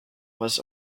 was